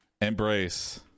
embrace